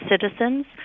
citizens